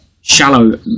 shallow